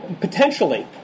potentially